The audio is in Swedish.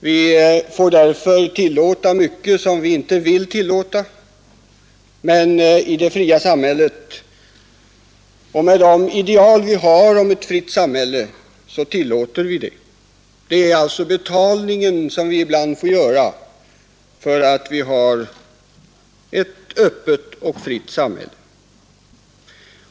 Vi får därför tillåta mycket, som vi egentligen djupt ogillar, med de ideal vi har, Det är alltså betalningen som vi får göra för att vi har ett öppet och fritt samhälle.